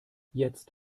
jetzt